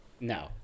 No